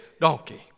donkey